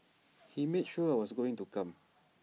he made sure I was going to come